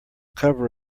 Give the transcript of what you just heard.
cover